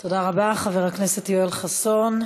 תודה רבה, חבר הכנסת יואל חסון.